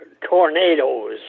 tornadoes